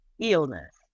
illness